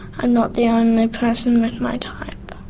i'm not the only person with my type.